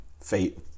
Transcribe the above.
fate